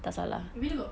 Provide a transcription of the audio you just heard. she really got pregnant